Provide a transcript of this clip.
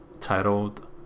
titled